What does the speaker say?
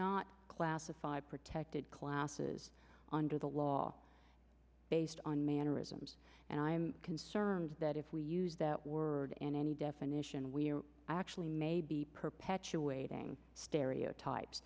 not classify protected classes on to the law based on mannerisms and i am concerned that if we use that word in any definition we are actually may be perpetuating stereotypes